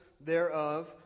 thereof